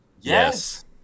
Yes